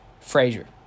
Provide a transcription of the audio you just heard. Frazier